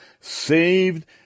saved